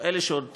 אלה שעוד